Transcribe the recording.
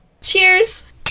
cheers